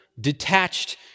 detached